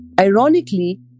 Ironically